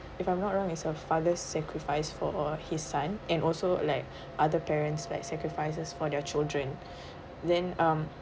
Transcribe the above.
if I'm not wrong is a father's sacrifice for his son and also like other parents like sacrifices for their children then um